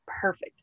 perfect